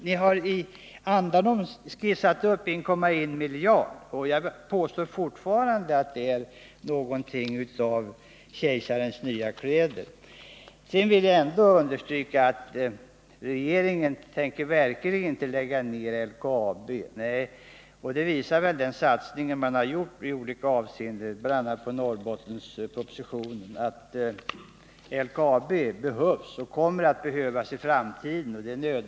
Ni har i andanom skisserat upp 1,1 miljarder i medelstillskott. Men jag påstår fortfarande att det är någonting av Kejsarens nya kläder. Sedan vill jag understryka att regeringen verkligen inte tänker lägga ned LKAB. Den satsning man gjort i olika avseenden, bl.a. i Norrbottenspropositionen, visar väl att LKAB behövs och kommer att behövas i framtiden.